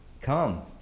Come